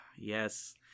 Yes